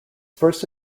first